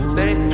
Stay